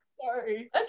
Sorry